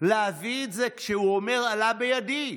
להביא את זה כשהוא אומר "עלה בידי".